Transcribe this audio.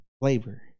flavor